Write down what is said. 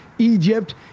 Egypt